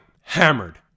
Hammered